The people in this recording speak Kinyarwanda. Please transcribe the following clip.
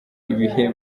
ibihe